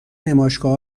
نمایشگاه